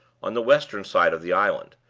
on the western side of the island,